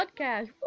podcast